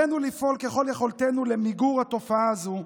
עלינו לפעול ככל יכולתנו למיגור התופעה הזו.